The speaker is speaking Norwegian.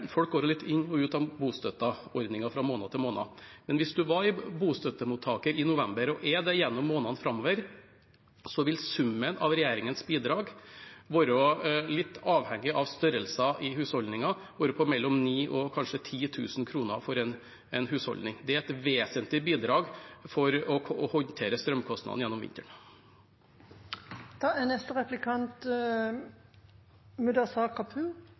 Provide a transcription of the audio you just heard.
var bostøttemottaker i november og er det gjennom månedene framover, vil summen av regjeringens bidrag være – litt avhengig av størrelsen på husholdningene – på mellom 9 000 og kanskje 10 000 kr for en husholdning. Det er et vesentlig bidrag for å håndtere strømkostnadene gjennom vinteren. Både statsrådens innlegg og replikkrunden som var akkurat nå, viser i hvert fall en regjering som er